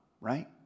right